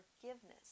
forgiveness